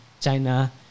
china